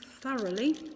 thoroughly